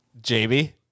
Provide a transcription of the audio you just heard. JB